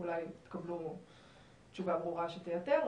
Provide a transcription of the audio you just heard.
אולי תקבלו תשובה ברורה שתייתר,